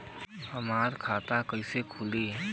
हमार खाता कईसे खुली?